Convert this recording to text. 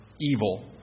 evil